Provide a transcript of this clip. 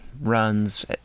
runs